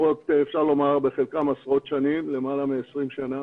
אפשר לומר, חלקם עשרות שנים, למעלה מ-20 שנה.